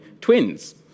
twins